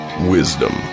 Wisdom